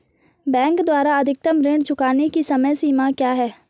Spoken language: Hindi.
बैंक द्वारा अधिकतम ऋण चुकाने की समय सीमा क्या है?